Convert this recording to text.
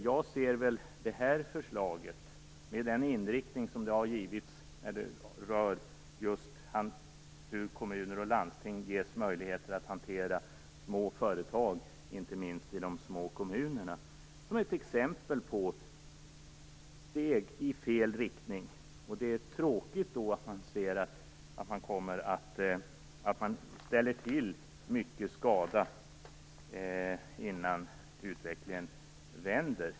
Jag ser detta förslag, med den inriktning som det har givits när det rör just hur kommuner och landsting ges möjligheter att hantera små företag, inte minst i de små kommunerna, som ett exempel på steg i fel riktning. Det är tråkigt att man ställer till så mycket skada innan utvecklingen vänder.